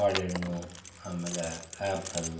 ಬಾಳೆ ಹಣ್ಣು ಆಮೇಲೆ ಆ್ಯಪಲ್